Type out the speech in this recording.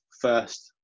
first